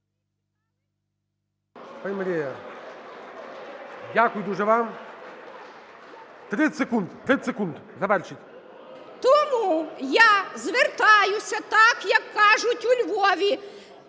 Тому я звертаюся так, як кажуть у Львові.